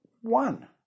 one